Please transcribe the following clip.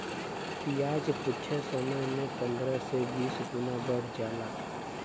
बियाज कुच्छे समय मे पन्द्रह से बीस गुना बढ़ जाला